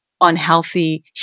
unhealthy